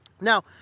Now